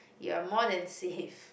you are more than safe